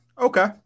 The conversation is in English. Okay